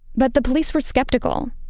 but the police were skeptical.